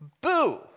boo